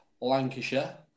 Lancashire